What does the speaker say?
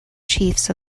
chiefs